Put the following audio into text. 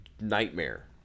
nightmare